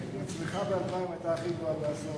הצריכה ב-2000 היתה הכי גבוהה בעשור האחרון.